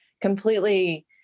completely